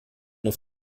auf